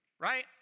right